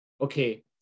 okay